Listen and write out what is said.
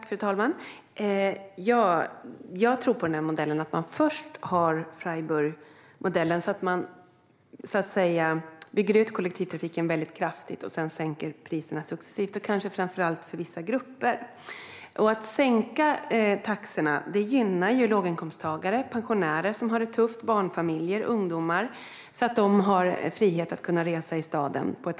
Fru talman! Jag tror på att man först har Freiburgmodellen och bygger ut kollektivtrafiken kraftigt och sedan sänker priserna successivt, kanske framför allt för vissa grupper. Att sänka taxorna gynnar låginkomsttagare, pensionärer som har det tufft, barnfamiljer och ungdomar så att de får en annan frihet att kunna resa i staden.